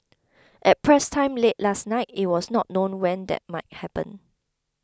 at press time late last night it was not known when that might happen